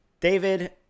David